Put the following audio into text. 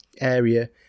area